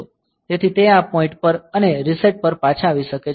તેથી તે આ પોઈન્ટ પર અને રીસેટ પર પાછા આવી શકે છે